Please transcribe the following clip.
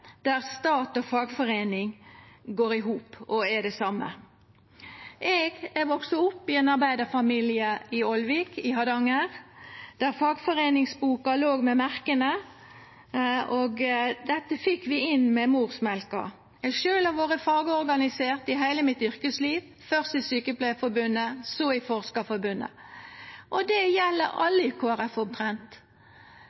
der stat og fagforeining går i hop og er det same. Eg har vakse opp i ein arbeidarfamilie i Ålvik i Hardanger, der fagforeiningsboka låg, med merka, og dette fekk vi inn med morsmjølka. Eg har sjølv vore fagorganisert i heile yrkeslivet mitt – først i Sykepleierforbundet og så i Forskerforbundet – og det same gjeld